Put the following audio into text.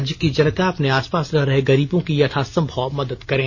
राज्य की जनता अपने आस पास रह रहे गरीबों की यथा सम्भव मदद करे